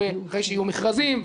אחרי שיהיו מכרזים,